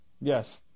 Yes